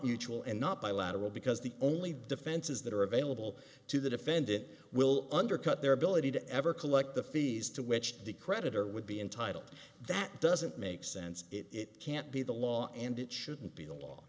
mutual and not bilateral because the only defenses that are available to the defendant will undercut their ability to ever collect the fees to which the creditor would be entitled that doesn't make sense it can't be the law and it shouldn't be the law